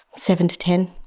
seven to ten.